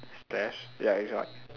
stairs ya it's white